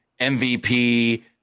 MVP